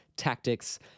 Tactics